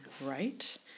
right